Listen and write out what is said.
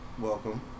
Welcome